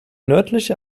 nördliche